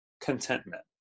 contentment